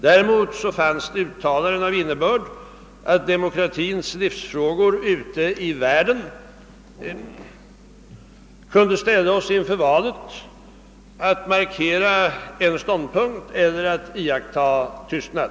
Däremot gjordes det uttalanden av den innebörden att demokratins livsfrågor ute i världen kunde ställa oss inför valet att markera en ståndpunkt eller att iaktta tystnad.